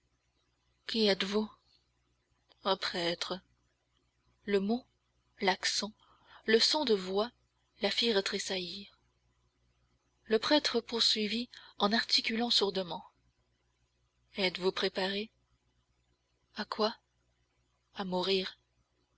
qui êtes-vous un prêtre le mot l'accent le son de voix la firent tressaillir le prêtre poursuivit en articulant sourdement êtes-vous préparée à quoi à mourir